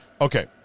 Okay